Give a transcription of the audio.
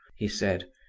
he said.